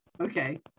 Okay